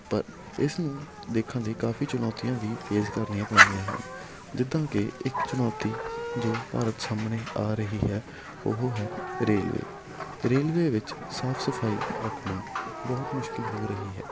ਪਰ ਇਸਨੂੰ ਦੇਖਣ ਲਈ ਕਾਫੀ ਚੁਣੌਤੀਆਂ ਵੀ ਫੇਸ ਕਰਨੀਆਂ ਪੈਂਦੀਆਂ ਹਨ ਜਿੱਦਾਂ ਕਿ ਇੱਕ ਚੁਣੌਤੀ ਜੋ ਭਾਰਤ ਸਾਹਮਣੇ ਆ ਰਹੀ ਹੈ ਉਹ ਹੈ ਰੇਲਵੇ ਰੇਲਵੇ ਵਿੱਚ ਸਾਫ ਸਫਾਈ ਰੱਖਣੀ ਬਹੁਤ ਮੁਸ਼ਕਿਲ ਹੋ ਰਹੀ ਹੈ